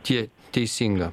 tiek teisinga